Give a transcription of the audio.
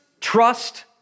trust